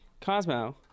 Cosmo